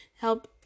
Help